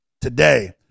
Today